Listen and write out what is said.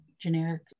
generic